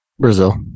Brazil